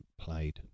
played